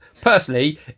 personally